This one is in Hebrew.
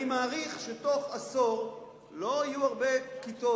אני מעריך שתוך עשור לא יהיו הרבה כיתות